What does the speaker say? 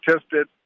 tested